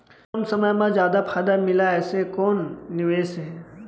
कम समय मा जादा फायदा मिलए ऐसे कोन निवेश हे?